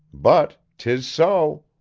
but tis so.